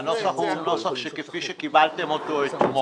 הנוסח הוא כפי שקיבלתם אותו אתמול.